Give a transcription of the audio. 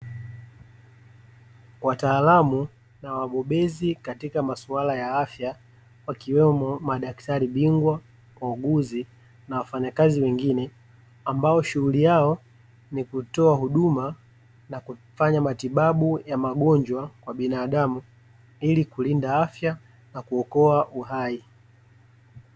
Wataalamu na wabobezi katika masuala ya afya, wakiwemo madaktari bingwa ,wauguzi na wafanyakazi wengine, ambao shughuli yao ni kutoa huduma na kufanya matibabu ya magonjwa kwa binadamu, ili kulinda afya na kuokoa uhai.